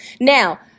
now